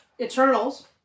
Eternals